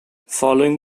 following